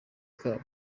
kabo